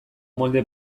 molde